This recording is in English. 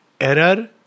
Error